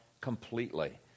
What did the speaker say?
completely